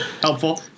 helpful